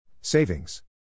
Savings